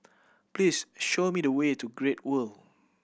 please show me the way to Great World